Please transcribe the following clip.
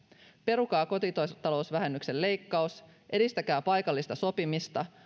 perukaa kotitalousvähennyksen leikkaus edistäkää paikallista sopimista